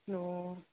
ꯑꯣ